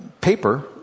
paper